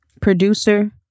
producer